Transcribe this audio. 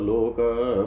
Loka